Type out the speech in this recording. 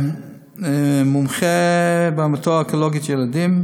מומחה בהמטו-אונקולוגיה ילדים,